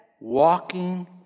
walking